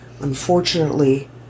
Unfortunately